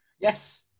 Yes